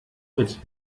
mit